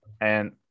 and-